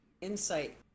insight